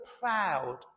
proud